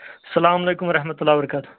اسلام علیکُم ورحمۃ اللہ برکَت